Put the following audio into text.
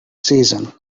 season